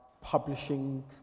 publishing